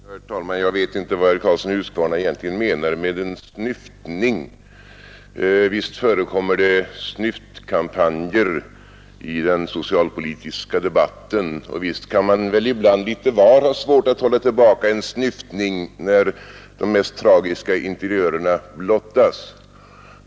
Herr talman! Jag vet inte vad herr Karlsson i Huskvarna egentligen menar med snyftning. Visst förekommer det snyftkampanjer i den socialpolitiska debatten. Visst kan vi lite var ha svårt att hålla tillbaka en snyftning när de mest tragiska interiörerna blottas.